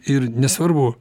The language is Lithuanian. ir nesvarbu